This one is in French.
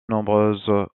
nombreuses